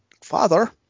father